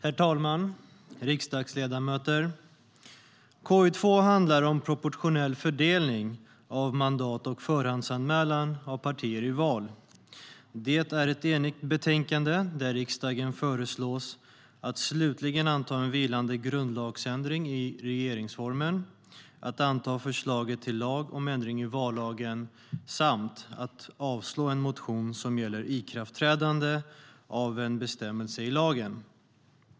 Proportionell fördel-ning av mandat och förhandsanmälan av partier i val Herr talman! Riksdagsledamöter! Det är ett enigt betänkande där riksdagen föreslås att slutligen anta en vilande grundlagsändring i regeringsformen, att anta förslaget till lag om ändring i vallagen samt att avslå en motion som gäller ikraftträdande av en bestämmelse i lagen.